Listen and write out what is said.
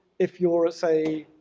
if you're say,